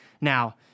Now